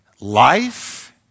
Life